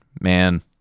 Man